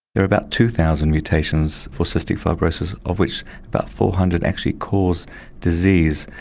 there are about two thousand mutations for cystic fibrosis, of which about four hundred actually cause disease,